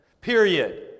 Period